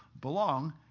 belong